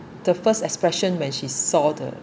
the first expression when she saw the